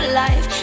life